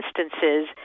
instances